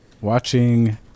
watching